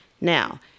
Now